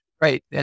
Right